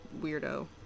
weirdo